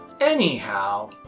Anyhow